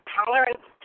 tolerance